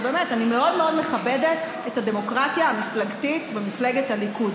שאני מאוד מאוד מכבדת את הדמוקרטיה המפלגתית במפלגת הליכוד,